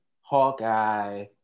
Hawkeye